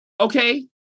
Okay